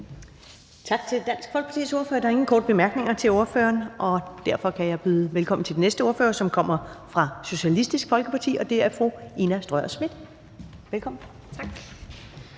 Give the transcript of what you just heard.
Tak til Dansk Folkepartis ordfører. Der er ingen korte bemærkninger til ordføreren. Derfor kan jeg byde velkommen til den næste ordfører, som kommer fra Socialistisk Folkeparti, og det er fru Ina Strøjer-Schmidt. Velkommen. Kl.